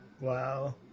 Wow